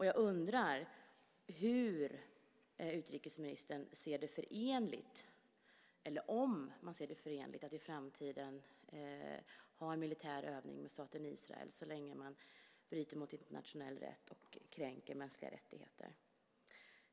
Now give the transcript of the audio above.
Jag undrar om utrikesministern ser en sådan linje förenlig med en militär övning tillsammans med staten Israel så länge Israel bryter mot internationell rätt och kränker mänskliga rättigheter.